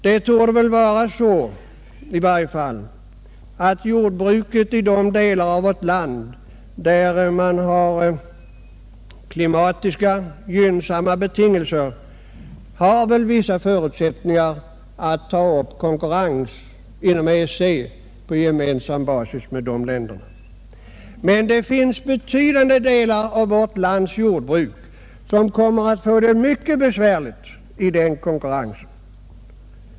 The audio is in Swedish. Jordbruket har i de delar av värt land där man har klimatiskt gynnsamma betingelser vissa förutsättningar att ta upp konkurrens inom EEC. Men det finns betydande delar av vårt lands jordbruk som kommer att få det mycket besvärligt i den konkurrensen.